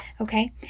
Okay